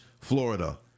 Florida